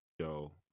show